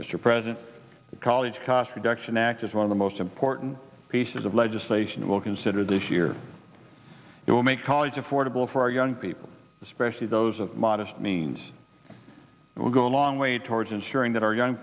mr president the college cost reduction act is one of the most important pieces of legislation we'll consider this year it will make college affordable for our young people especially those of modest means it will go a long way towards ensuring that our young